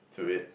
to it